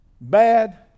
bad